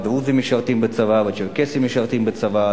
ודרוזים משרתים בצבא וצ'רקסים משרתים בצבא.